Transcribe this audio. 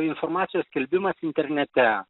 informacijos skelbimas internete